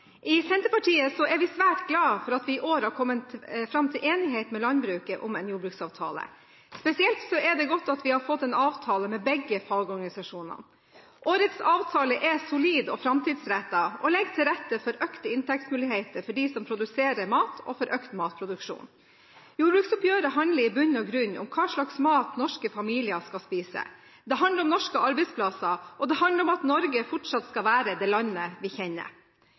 I Senterpartiet er vi svært glad for at vi i år har kommet fram til enighet med landbruket om en jordbruksavtale. Spesielt er det godt at vi har fått en avtale med begge fagorganisasjonene. Årets avtale er solid og framtidsrettet og legger til rette for økte inntektsmuligheter for dem som produserer mat, og for økt matproduksjon. Jordbruksoppgjøret handler i bunn og grunn om hva slags mat norske familier skal spise. Det handler om norske arbeidsplasser, og det handler om at Norge fortsatt skal være det landet vi kjenner.